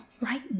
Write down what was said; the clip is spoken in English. Right